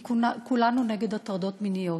כי כולנו נגד הטרדות מיניות,